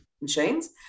machines